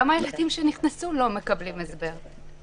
גם הילדים שנכנסו לא מקבלים הסבר.